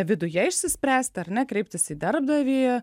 viduje išsispręsti ar ne kreiptis į darbdavį